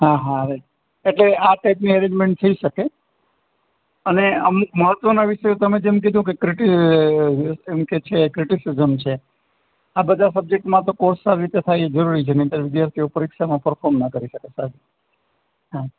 હા હા હવે એટલે આ ટાઈપની અરેજમેન્ટ થઈ શકે અને અમુક મહત્વના વિષયો તમે જેમ કીધું કે ક્રિટિ એમકે છે ક્રિટીસીઝમ છે આ બધાં સબ્જેક્ટમાં તો કોર્સ સારી રીતે થાય એ જરૂરી છે નહીંતર વિદ્યાર્થીઓ પરીક્ષામાં પર્ફોર્મ ના કરી શકે સાહેબ હા